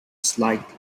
slightly